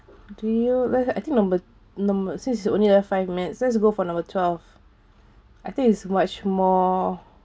do you I think number number since it's only left five minutes let's go for number twelve I think it's much more